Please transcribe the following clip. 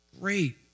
Great